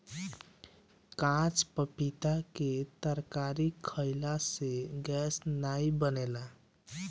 काच पपीता के तरकारी खयिला से गैस नाइ बनेला